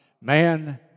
Man